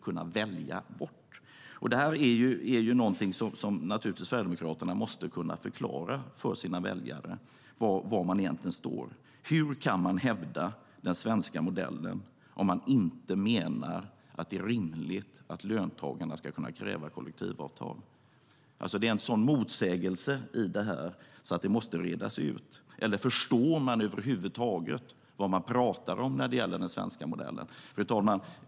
Detta är någonting Sverigedemokraterna måste kunna förklara för sina väljare, alltså var de egentligen står. Hur kan man hävda den svenska modellen om man inte menar att det är rimligt att löntagarna ska kunna kräva kollektivavtal? Det finns en sådan motsägelse i detta att det måste redas ut. Förstår de över huvud taget vad de pratar om när det gäller den svenska modellen?